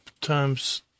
times